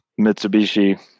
Mitsubishi